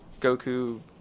Goku